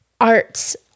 Art's